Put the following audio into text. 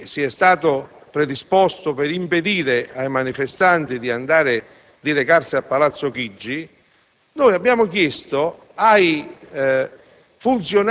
essere stato predisposto per impedire ai manifestanti di recarsi a Palazzo Chigi, abbiamo chiesto ai